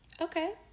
Okay